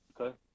Okay